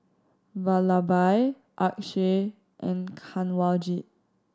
Vallabhbhai Akshay and Kanwaljit